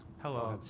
hello.